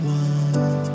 one